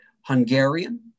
Hungarian